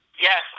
Yes